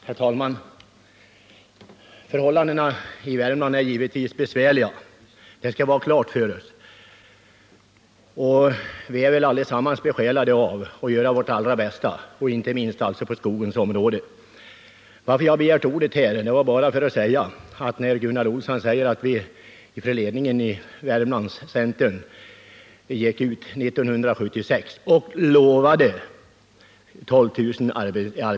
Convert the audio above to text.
Herr talman! Förhållandena i Värmland är givetvis besvärliga, det skall vi ha klart för oss. Vi är väl allesammans besjälade av en önskan att göra vårt allra bästa, inte minst på skogens område. Jag begärde ordet här när Gunnar Olsson sade att ledningen för centern i Värmlands län gick ut 1976 och lovade 12 000 arbeten.